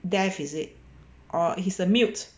deaf is it or is a mute